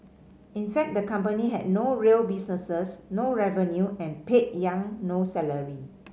in fact the company had no real business no revenue and paid Yang no salary